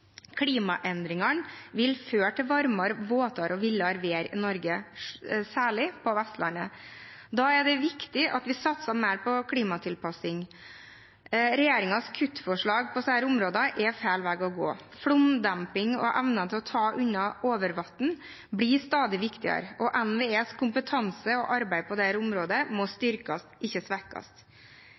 Klimaendringene vil føre til varmere, våtere og villere vær i Norge, særlig på Vestlandet. Da er det viktig at vi satser mer på klimatilpassing. Regjeringens kuttforslag på disse områdene er feil vei å gå. Flomdemping og evnen til å ta unna overvann blir stadig viktigere, og NVEs kompetanse og arbeid på dette området må styrkes, ikke svekkes.